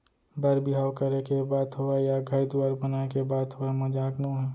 बर बिहाव करे के बात होवय या घर दुवार बनाए के बात होवय मजाक नोहे